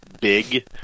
big